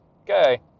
okay